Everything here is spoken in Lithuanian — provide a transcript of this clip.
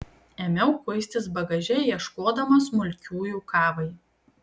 ėmiau kuistis bagaže ieškodama smulkiųjų kavai